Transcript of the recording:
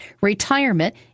retirement